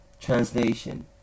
Translation